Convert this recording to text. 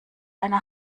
einer